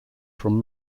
from